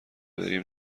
بریم